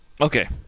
Okay